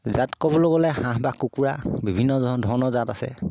জাত ক'বলৈ গ'লে হাঁহ বা কুকুৰা বিভিন্ন ধৰণৰ জাত আছে